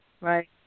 right